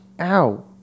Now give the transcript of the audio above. Ow